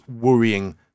worrying